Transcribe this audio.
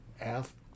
ask